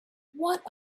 what